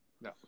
no